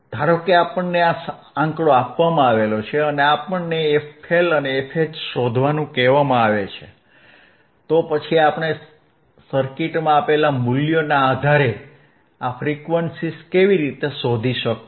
ધારો કે આપણને આ આંકડો આપવામાં આવ્યો છે અને આપણને fL and fH શોધવાનું કહેવામાં આવે છે તો પછી આપણે સર્કિટમાં આપેલા મૂલ્યોના આધારે આ ફ્રીક્વન્સીઝ કેવી રીતે શોધી શકીએ